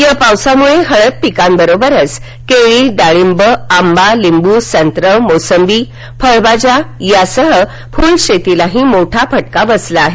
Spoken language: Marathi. या पावसामुळे हळद पिकांबरोबरच केळी डाळींब आंबा लिंब संत्रा मोसंबी फळभाज्या यासह फूल शेतीलाही मोठा फटका बसला आहे